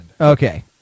Okay